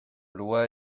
loi